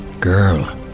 Girl